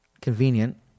Convenient